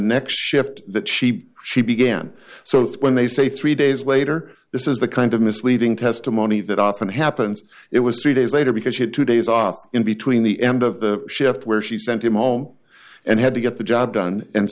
next shift that she she began so that when they say three days later this is the kind of misleading testimony that often happens it was three days later because she had two days off in between the end of the shift where she sent him home and had to get the job done and